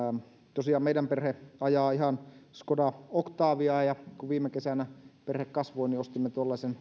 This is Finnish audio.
tosiaan meidän perhe ajaa ihan koda octaviaa ja kun viime kesänä perhe kasvoi ostimme